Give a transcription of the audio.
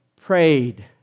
prayed